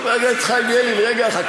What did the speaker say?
רגע, חכה.